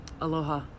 Aloha